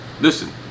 Listen